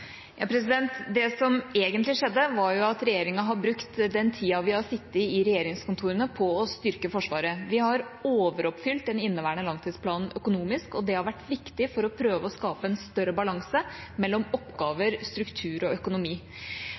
Det som egentlig skjedde, var at regjeringa har brukt den tida den har sittet i regjeringskontorene, på å styrke Forsvaret. Vi har overoppfylt den inneværende langtidsplanen økonomisk, og det har vært viktig for å prøve å skape en større balanse mellom oppgaver, struktur og økonomi.